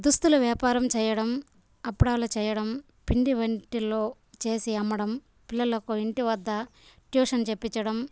దుస్తులు వ్యాపారం చేయడం అప్పడాలు చేయడం పిండి వంటలు చేసి అమ్మడం పిల్లలకు ఇంటి వద్ద ట్యూషన్ చెప్పించడం